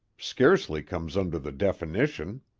scarcely comes under the definition.